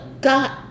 God